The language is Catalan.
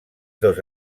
dos